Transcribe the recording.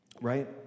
Right